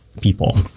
people